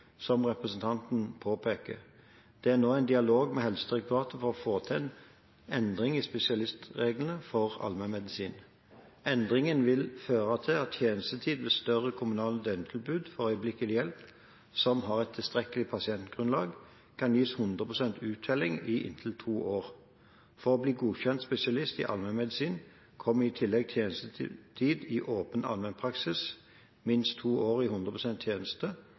som representanten Grung påpeker. Det er nå dialog med Helsedirektoratet for å få til en endring i spesialitetsreglene for allmennmedisin. Endringen vil føre til at tjenestetid ved større kommunale døgntilbud for øyeblikkelig hjelp – som har tilstrekkelig pasientgrunnlag – kan gis 100 pst. uttelling i inntil to år. For å bli godkjent spesialist i allmennmedisin kommer i tillegg tjenestetid i åpen allmennpraksis – minst to år i 100 pst. tjeneste